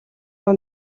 руу